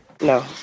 No